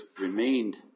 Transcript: remained